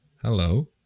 hello